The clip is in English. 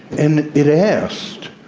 and it asked,